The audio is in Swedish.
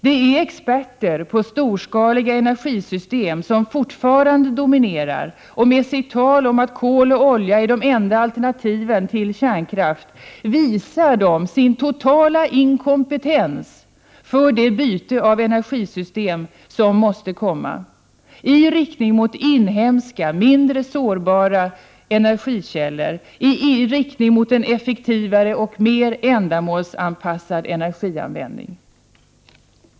Det är experter på storskaliga energisystem som fortfarande dominerar, och med sitt tal om att kol och olja är de enda alternativen till kärnkraft visar de sin totala inkompetens när det gäller det byte av energisystem som måste komma — ett byte i riktning mot inhemska, mindre sårbara energikällor, i riktning mot en effektivare och mer ändamålsanpassad energianvändning.